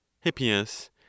Hippias